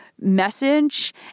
message